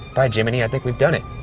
by jiminy, i think we've done it.